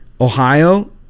Ohio